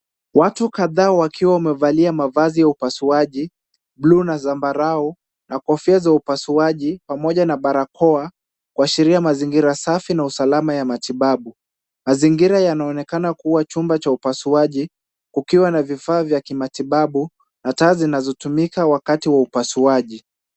Watu kadhaa wakiwa wamevalia mavazi ya upasuaji, buluu na zambarau na kofia za upasuaji pamoja na barakoa, kuashiria mazingira safi na usalama wa matibabu. Mazingira yanaonekana kuwa chumba cha upasuaji, kukiwa na vifaa vya kimatibabu na taa zinazotumika wakati wa upasuaji.